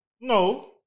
No